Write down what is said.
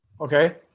Okay